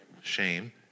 shame